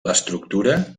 l’estructura